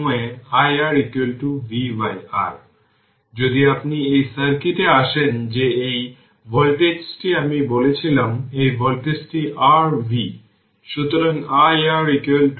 সুতরাং যদি Req R Thevenin খুঁজে বের করা হয় তবে এটি হল 5 5 15 5 এবং 5 5 15 এটি একই জিনিস r যাকে 4 Ω বলে